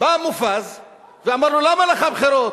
בא מופז ואמר: למה לך בחירות?